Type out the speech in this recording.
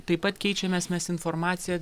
taip pat keičiamės mes informacija